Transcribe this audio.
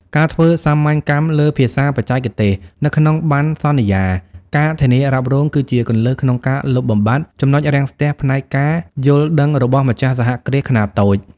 ការធ្វើសាមញ្ញកម្មលើ "ភាសាបច្ចេកទេស" នៅក្នុងបណ្ណសន្យា ការធានារ៉ាប់រង គឺជាគន្លឹះក្នុងការលុបបំបាត់ ចំណុចរាំងស្ទះ ផ្នែកការយល់ដឹងរបស់ម្ចាស់សហគ្រាសខ្នាតតូច។